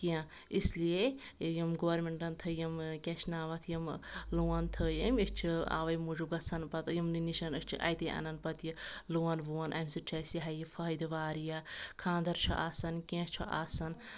کینٛہہ اس لیے یِم گورمینٹن تھٲے یِم کیاہ چھِ ناو یِم لون تھٲے ایٚم أسۍ چھِ اوے موٗجوٗب گژھان پَتہٕ یِمنٕے نِشن أسۍ چھِ اَتے اَنان پَتہٕ یہِ لون وون امہِ سۭتۍ چھُ اَسہِ یِہے یہِ فٲیدٕ واریاہ خاندَر چھُ آسان کینٛہہ چھُ آسان